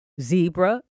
zebra